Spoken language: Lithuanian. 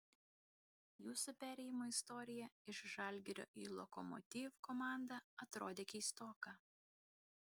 jūsų perėjimo istorija iš žalgirio į lokomotiv komandą atrodė keistoka